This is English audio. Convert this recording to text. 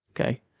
okay